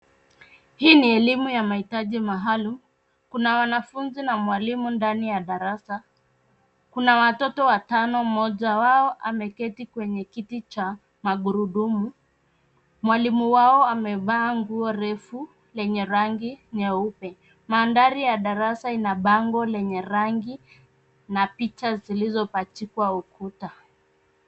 Hii ni elimu ya mahitaji maalum, kuna wanafunzi na mwalimu ndani ya darasa, kuna watoto watano mmoja wao ameketi kwenye kiti cha, magurudumu, mwalimu wao amevaa nguo refu, lenye rangi, nyeupe, mandhari ya darasa ina bango lenye rangi, na picha zilizopachikwa ukuta.